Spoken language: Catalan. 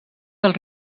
del